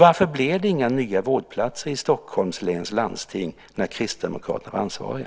Varför blev det inga nya vårdplatser i Stockholms läns landsting när Kristdemokraterna var ansvariga?